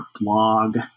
blog